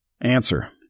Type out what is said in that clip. Answer